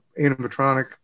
animatronic